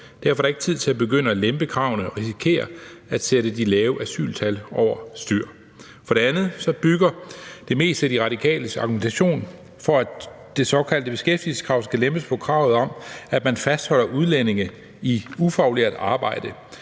Derfor er det ikke tid til at begynde at lempe kravene, for vi risikerer at sætte de lave asyltal over styr. For det andet bygger det meste af De Radikales argumentation for, at det såkaldte beskæftigelseskrav skal lempes, på kravet om, at man fastholder udlændinge i ufaglært arbejde,